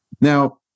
Now